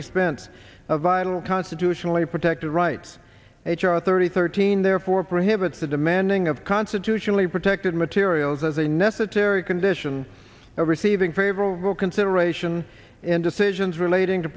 expense of vital constitutionally protected rights h r thirty thirteen therefore prohibits the demanding of constitutionally protected materials as a necessary condition over seaven favorable consideration in decisions relating to